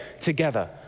together